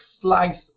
slice